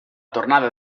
tornada